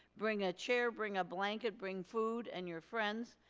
bring a chair, bring a blanket, bring food and your friends.